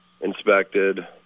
Inspected